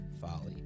folly